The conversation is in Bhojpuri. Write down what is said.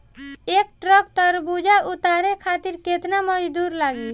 एक ट्रक तरबूजा उतारे खातीर कितना मजदुर लागी?